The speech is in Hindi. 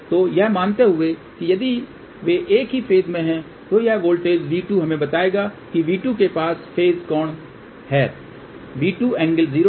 तो यह मानते हुए कि यदि वे एक ही फ़ेज में हैं तो यह वोल्टेज V2 हमें बताएगा कि V2 के पास फ़ेज कोण है V200 यह भी V200 है